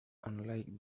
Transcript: unlike